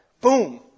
Boom